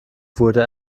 wurde